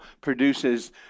produces